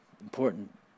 important